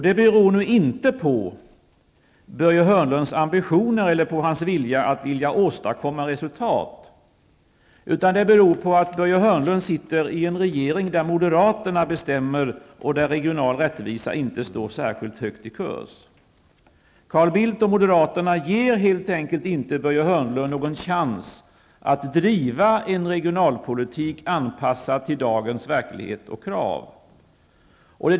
Det beror inte på Börje Hörnlunds ambitioner eller hans vilja att åstadkomma resultat, utan det beror på att han sitter i en regering där moderaterna bestämmer och regional rättvisa inte står särskilt högt i kurs. Carl Bildt och moderaterna ger helt enkelt inte Börje Hörnlund någon chans att driva en regionalpolitik, anpassad till dagens verklighet och krav.